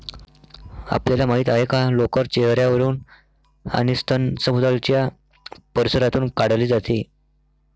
आपल्याला माहित आहे का लोकर चेहर्यावरून आणि स्तन सभोवतालच्या परिसरातून काढले जाते